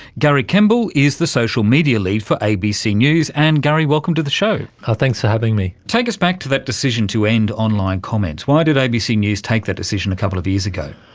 gary kemble is the social media lead for abc news. and gary, welcome to the show. ah thanks for having me. take us back to that decision to end online comets. why did abc news take that decision a couple of years ago?